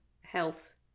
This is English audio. health